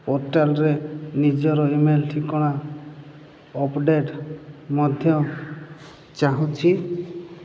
ପୋର୍ଟାଲ୍ରେ ନିଜର email ଠିକଣା ଅପଡ଼େଟ୍ ମଧ୍ୟ ଚାହୁଁଛି